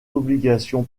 obligation